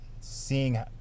seeing